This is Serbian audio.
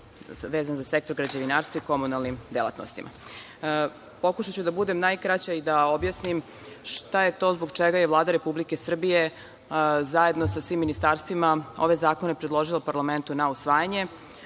vezan za sektor građevinarstva i komunalnim delatnostima. Pokušaću da budem najkraća i da objasnim šta je to zbog čega je Vlada Republike Srbije zajedno sa svim ministarstvima ove zakone predložila parlamentu na usvajanje. Zakon